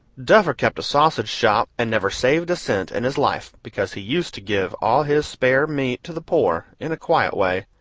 duffer kept a sausage-shop and never saved a cent in his life because he used to give all his spare meat to the poor, in a quiet way.